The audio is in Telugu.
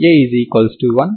ఇదే మనం కనుగొన్నది